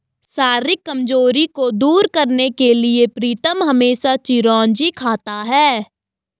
शारीरिक कमजोरी को दूर करने के लिए प्रीतम हमेशा चिरौंजी खाता है